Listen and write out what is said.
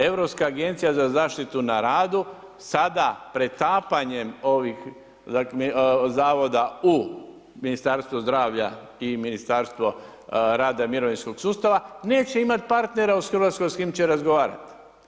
Europska agencija za zaštitu na radu sada pretapanjem ovih zavoda u Ministarstvo zdravlja i Ministarstvo rada i mirovinskog sustava neće imat partnera u Hrvatskoj s kim će razgovarat.